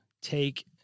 take